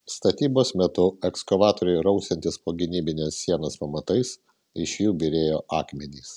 statybos metu ekskavatoriui rausiantis po gynybinės sienos pamatais iš jų byrėjo akmenys